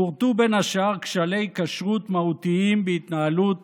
פורטו בין השאר כשלי כשרות מהותיים בהתנהלות